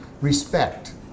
Respect